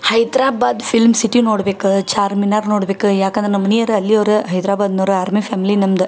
Hyderabad film city ನೋಡ್ಬೇಕು Charminar ನೋಡ್ಬೇಕು ಯಾಕಂದ್ರೆ ನಮ್ಮ ಮನೆಯೋರ್ ಅಲ್ಲಿಯವ್ರು ಹೈದರಾಬಾದ್ನವ್ರ ಆರ್ಮಿ ಫ್ಯಾಮ್ಲಿ ನಮ್ದು